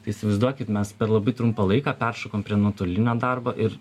tai įsivaizduokit mes per labai trumpą laiką peršokom prie nuotolinio darbo ir